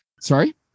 Sorry